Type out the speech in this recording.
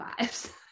vibes